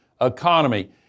economy